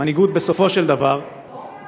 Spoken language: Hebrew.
מנהיגות, בסופו של דבר,